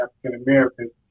African-Americans